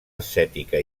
ascètica